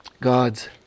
God's